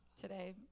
today